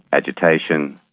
agitation,